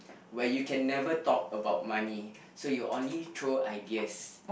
where you can never talk about money so you only throw ideas